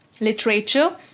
literature